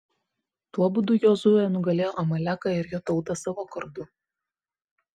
tuo būdu jozuė nugalėjo amaleką ir jo tautą savo kardu